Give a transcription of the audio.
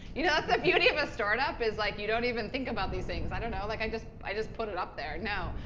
you know that's the beauty of a startup is like you don't even think about these things. i don't know. like i just i just put it up there. no.